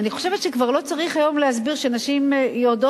אני חושבת שכבר לא צריך היום להסביר שנשים יודעות,